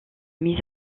mise